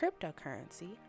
cryptocurrency